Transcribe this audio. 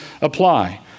apply